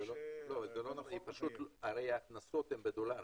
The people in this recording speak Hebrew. זה לא נכון, הרי ההכנסות בדולרים,